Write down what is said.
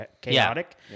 chaotic